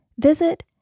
visit